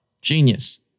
Genius